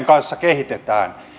kanssa kehitetään